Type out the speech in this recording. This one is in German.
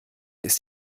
ist